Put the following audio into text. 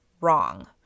wrong